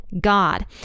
God